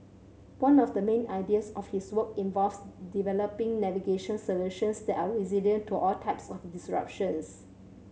one of the main areas of his work involves developing navigation solutions that are resilient to all types of disruptions